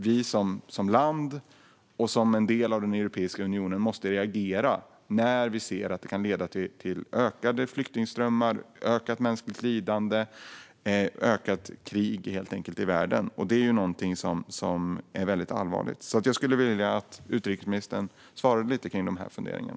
Vi som land och som del av Europeiska unionen måste ju reagera när vi ser att det kan leda till ökade flyktingströmmar, ökat mänskligt lidande och helt enkelt ökat krig i världen. Det är någonting som är väldigt allvarligt. Jag skulle vilja att utrikesministern svarade lite kring de här funderingarna.